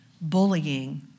bullying